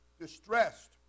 distressed